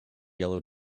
yellow